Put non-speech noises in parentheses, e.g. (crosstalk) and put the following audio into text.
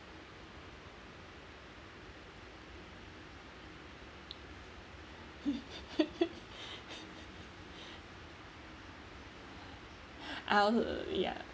(laughs) I also ya